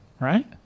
right